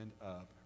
up